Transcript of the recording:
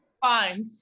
fine